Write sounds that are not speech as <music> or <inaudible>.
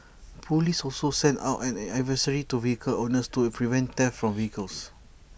<noise> Police also sent out an advisory to vehicle owners to prevent <noise> theft from vehicles